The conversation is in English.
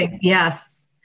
Yes